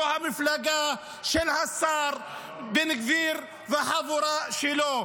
זה המפלגה של השר בן גביר והחבורה שלו.